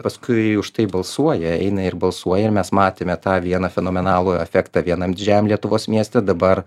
paskui už tai balsuoja eina ir balsuoja ir mes matėme tą vieną fenomenalų efektą vienam didžiajam lietuvos mieste dabar